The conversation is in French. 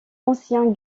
ancien